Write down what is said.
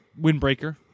windbreaker